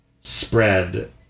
spread